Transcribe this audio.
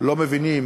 לא מבינים